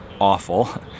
awful